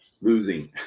losing